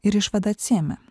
ir išvadą atsiėmė